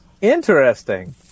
Interesting